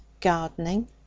gardening